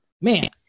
man